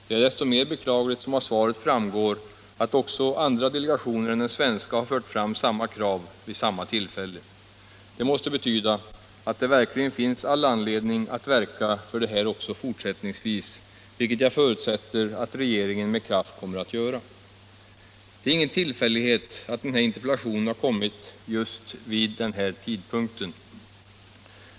Det är desto mer beklagligt som av svaret framgår att också andra delegationer än den svenska har fört fram samma krav vid samma tillfälle. Detta måste betyda att det verkligen finns all anledning att verka för det här också fortsättningsvis, vilket jag förutsätter att regeringen med kraft kommer att göra. Det är ingen tillfällighet att interpellationen framställts just vid denna tidpunkt.